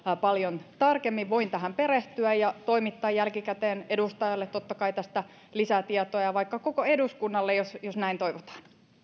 paljon tarkemmin voin tähän perehtyä ja toimittaa jälkikäteen edustajalle totta kai tästä lisää tietoa ja vaikka koko eduskunnalle jos jos näin toivotaan